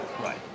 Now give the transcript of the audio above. Right